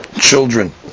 children